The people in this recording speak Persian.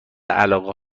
علاقه